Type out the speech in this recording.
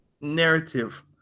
narrative